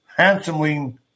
handsomely